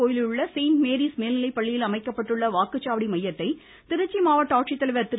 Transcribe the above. கோவிலில் உள்ள செயின்ட் மோீஸ் மேல்நிலைப்பள்ளியில் பிச்சாண்டார் அமைக்கப்பட்டுள்ள வாக்குச்சாவடி மையத்தை திருச்சி மாவட்ட ஆட்சித்தலைவர் திரு